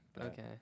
Okay